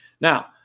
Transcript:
Now